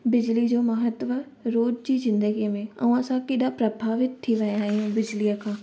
बिजली जो महत्त्व रोज़ जी ज़िंदगीअ में ऐं असां केॾा प्रभावित थी विया आहियूं बिजलीअ खां